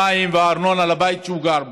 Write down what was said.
מים וארנונה בבית שהוא גר בו.